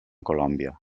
colòmbia